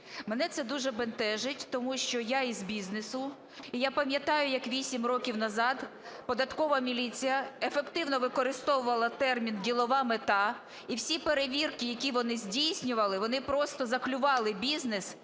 Мене це дуже бентежить, тому що я із бізнесу і я пам'ятаю, як 8 років назад податкова міліція ефективно використовувала термін "ділова мета", і всі перевірки, які вони здійснювали, вони просто заклювали бізнес